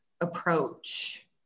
approach